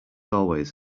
always